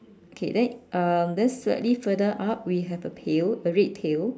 okay then um then slightly further up we have a pail a red pail